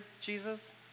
Jesus